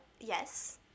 yes